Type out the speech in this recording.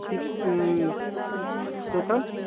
कित टोटल